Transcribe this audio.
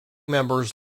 members